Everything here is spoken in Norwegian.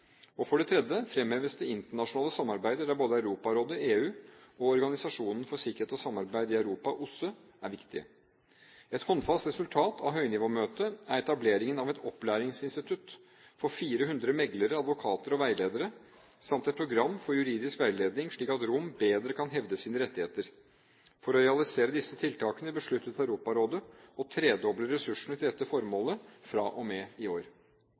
For det tredje fremheves det internasjonale samarbeidet, der både Europarådet, EU og Organisasjonen for sikkerhet og samarbeid i Europa, OSSE, er viktige. Et håndfast resultat av høynivåmøtet er etableringen av et opplæringsinstitutt for 400 meglere, advokater og veiledere samt et program for juridisk veiledning, slik at romene bedre kan hevde sine rettigheter. For å realisere disse tiltakene besluttet Europarådet å tredoble ressursene til dette formålet fra og med i år.